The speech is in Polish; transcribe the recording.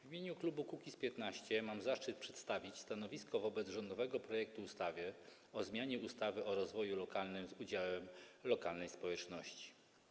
W imieniu klubu Kukiz’15 mam zaszczyt przedstawić stanowisko wobec rządowego projektu ustawy o zmianie ustawy o rozwoju lokalnym z udziałem lokalnej społeczności.